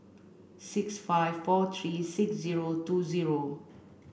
six five four three six zero two zero